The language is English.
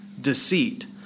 deceit